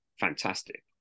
fantastic